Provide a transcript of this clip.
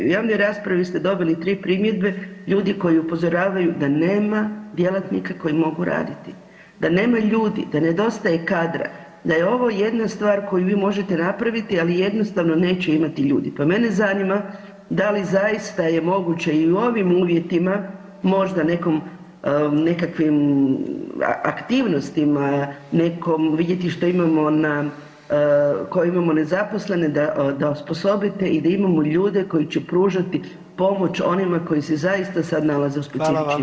U javnoj raspravi ste dobili 3 primjedbe ljudi koji upozoravaju da nema djelatnika koji mogu raditi, da nema ljudi, da nedostaje kadra, da je ovo jedna stvar koju vi možete napraviti, ali jednostavno neće imati ljudi, pa mene zanima da li zaista je moguće i u ovim uvjetima možda nekom, nekakvim aktivnostima, nekom vidjeti što imamo na, koje imamo nezaposlene da, da osposobite i da imamo ljude koji će pružati pomoć onima koji se zaista sad nalaze [[Upadica: Hvala vam]] u specifičnim uvjetima.